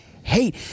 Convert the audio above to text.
hate